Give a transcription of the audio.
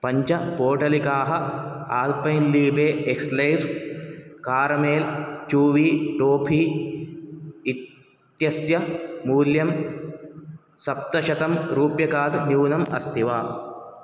पञ्चपोटलिकाः Alpenliebe एक्सलेफ़् caramel chewy toffee इत्यस्य मूल्यं सप्तशतरूप्यकात् न्यूनम् अस्ति वा